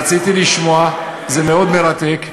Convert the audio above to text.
רציתי לשמוע, זה מאוד מרתק.